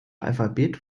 alphabet